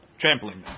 trampling